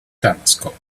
telescope